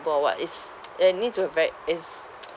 or what is and need to have write is